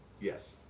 Yes